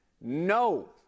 no